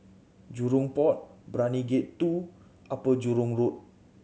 Jurong Port Brani Gate Two Upper Jurong Road